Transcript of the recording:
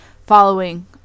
Following